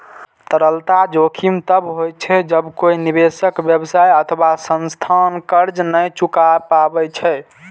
तरलता जोखिम तब होइ छै, जब कोइ निवेशक, व्यवसाय अथवा संस्थान कर्ज नै चुका पाबै छै